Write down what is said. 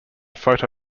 photo